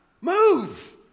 Move